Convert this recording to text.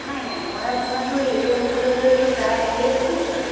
নাই নাই মই আপোনাৰতো এইটো অঞ্চললৈতো প্ৰায় আহিয়েই থাকোঁ